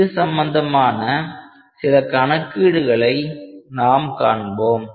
இது சம்பந்தமான சில கணக்கீடுகளை நாம் காண்போம்